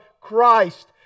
Christ